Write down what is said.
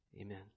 Amen